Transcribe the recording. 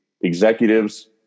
executives